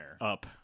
up